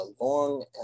long